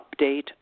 update